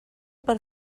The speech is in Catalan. per